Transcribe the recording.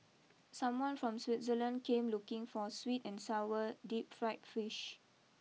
someone from Switzerland came looking for sweet and Sour deep Fried Fish